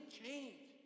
change